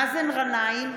מאזן גנאים,